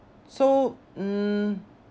so mm